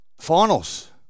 Finals